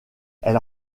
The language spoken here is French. elle